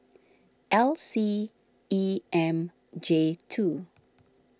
L C E M J two